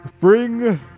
Bring